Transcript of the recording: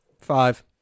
Five